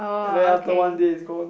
and then after one day it's gone